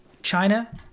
China